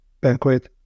banquet